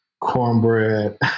cornbread